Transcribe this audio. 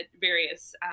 various